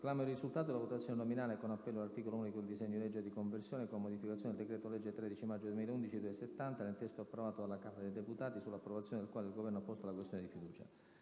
Proclamo il risultato della votazione nominale con appello dell'articolo unico del disegno di legge di conversione in legge, con modificazioni, del decreto-legge 13 maggio 2011, n. 70, nel testo identico a quello approvato dalla Camera dei deputati, sull'approvazione del quale il Governo ha posto la questione di fiducia: